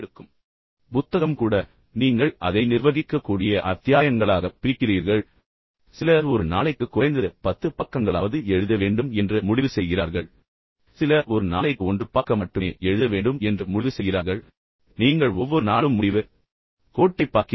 எனவே நான் கொடுத்த உதாரணம் புத்தகம் கூட பின்னர் நீங்கள் அதை நிர்வகிக்கக்கூடிய அத்தியாயங்களாகப் பிரிக்கிறீர்கள் சிலர் ஒரு நாளைக்கு குறைந்தது 10 பக்கங்களாவது எழுத வேண்டும் என்று முடிவு செய்கிறார்கள் சிலர் ஒரு நாளைக்கு 1 பக்கம் மட்டுமே எழுத வேண்டும் என்று முடிவு செய்கிறார்கள் அதுவே போதும் நீங்கள் ஒவ்வொரு நாளும் முடிவு கோட்டைப் பார்க்கிறீர்கள்